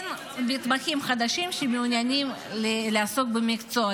ואין מתמחים חדשים שמעוניינים לעסוק במקצוע,